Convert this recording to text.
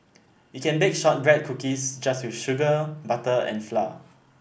you can bake shortbread cookies just with sugar butter and flour